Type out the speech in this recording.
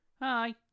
hi